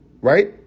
right